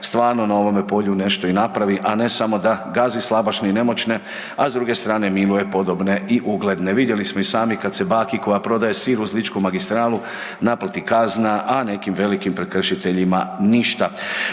stvarna na ovome polju nešto i napravi, a ne samo da gazi slabašne i nemoćne, a s druge strane miluje podobne i ugledne. Vidjeli smo i sami kad se baki koja prodaje sir u Ličku magistralu naplati kazna, a nekim velikim prekršiteljima ništa.